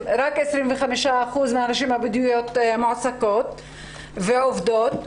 רק 25% מן הנשים הבדואיות מועסקות ועובדות.